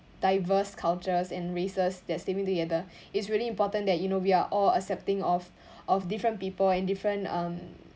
diverse cultures and races that together it's really important that you know we are all accepting of of different people and different um